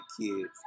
kids